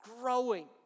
growing